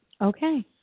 Okay